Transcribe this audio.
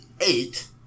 Eight